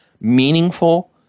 meaningful